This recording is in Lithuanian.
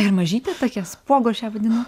ir mažytė tokia spuogu aš ją vadinu